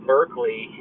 Berkeley